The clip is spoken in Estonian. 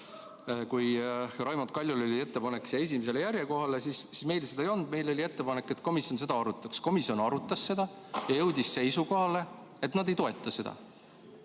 Raimond Kaljulaidil oli ettepanek panna see esimesele järjekohale, meil seda ei olnud. Meil oli ettepanek, et komisjon seda arutaks. Komisjon arutas seda ja jõudis seisukohale, et nad ei toeta seda.